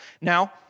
Now